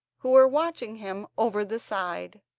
who were watching him over the side.